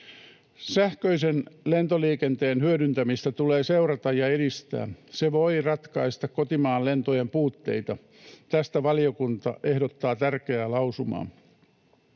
Sähköisen lentoliikenteen hyödyntämistä tulee seurata ja edistää. Se voi ratkaista kotimaan lentojen puutteita. Tästä valiokunta ehdottaa tärkeää lausumaa.